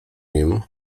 nim